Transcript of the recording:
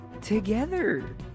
together